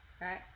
right